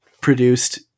produced